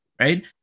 right